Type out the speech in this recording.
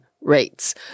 rates